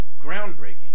groundbreaking